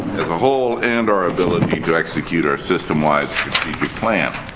as a whole, and our ability to execute our system-wide strategic plan.